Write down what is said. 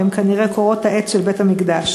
הן כנראה קורות העץ של בית-המקדש,